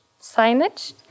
signage